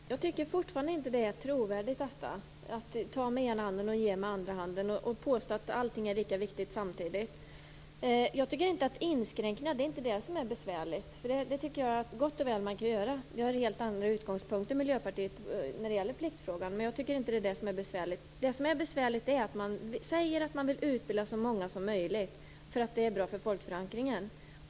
Fru talman! Jag tycker fortfarande inte att det är trovärdigt att ta med den ena handen och ge med den andra och samtidigt påstå att allting är lika viktigt. Jag tycker inte att just inskränkningar är det som är besvärligt. Sådana tycker jag gott och väl att man kan göra. Miljöpartiet har helt andra utgångspunkter när det gäller pliktfrågan. Det som är besvärligt är att man säger att man vill utbilda så många som möjligt eftersom det är bra för folkförankringen.